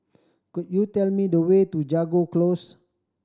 could you tell me the way to Jago Close